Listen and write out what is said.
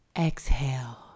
exhale